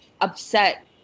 upset